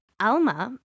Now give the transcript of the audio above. Alma